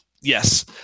yes